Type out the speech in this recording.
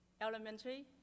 elementary